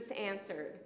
answered